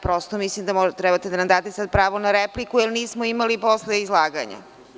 Prosto, mislim da treba da nam sada date pravo na repliku jer nismo imali posle izlaganja.